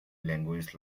languages